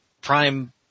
prime